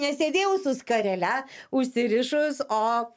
nesėdėjau su skarele užsirišus o